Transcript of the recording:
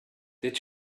did